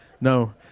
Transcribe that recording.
No